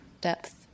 depth